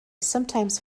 sometimes